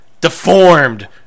deformed